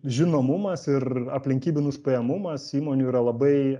žinomumas ir aplinkybių nuspėjamumas įmonių yra labai